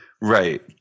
Right